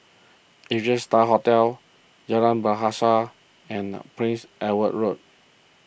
Asia Star Hotel Jalan Bahasa and Prince Edward Road